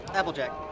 Applejack